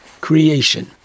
creation